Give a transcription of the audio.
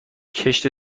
کشت